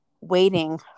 waiting